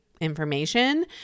information